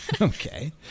okay